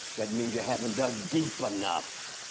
that means you haven't dug deep enough.